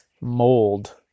mold